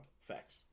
Facts